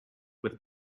with